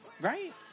Right